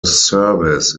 service